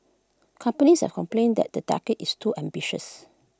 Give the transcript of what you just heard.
companies have complained that the target is too ambitious